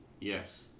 Yes